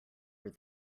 were